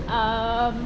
mm